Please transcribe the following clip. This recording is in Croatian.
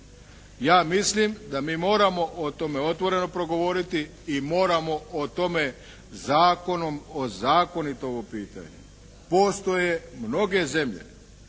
Ja mislim da mi moramo otvoreno o tome progovoriti i moramo o tome zakonom ozakoniti ovo pitanje. Postoje mnoge zemlje